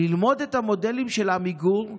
ללמוד את המודלים של עמיגור,